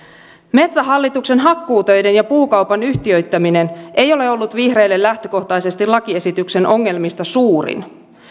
metsähallituksen hakkuutöiden ja puukaupan yhtiöittäminen ei ole ollut vihreille lähtökohtaisesti lakiesityksen ongelmista suurin